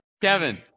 Kevin